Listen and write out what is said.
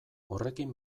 horrekin